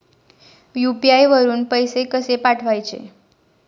UPI वरून पैसे कसे पाठवायचे?